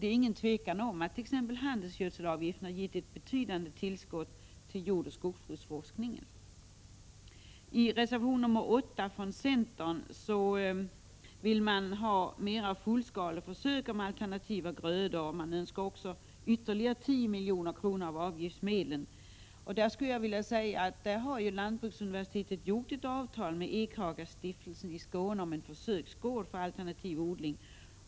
Det råder inget tvivel om att t.ex. handelsgödselavgifterna har gett ett betydande tillskott till jordbruksoch skogsbruksforskningen. I centerns reservation 8 vill man ha mera fullskaleförsök beträffande alternativa grödor. Centern önskar också ytterligare 10 milj.kr. av avgiftsmedlen. Här skulle jag vilja säga att lantbruksinstitutet har träffat ett avtal med Ekhagastiftelsen i Skåne om en försöksgård för alternativ odling.